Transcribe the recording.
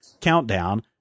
countdown